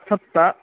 सप्त